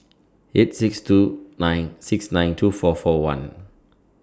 eight six two nine six nine two four four one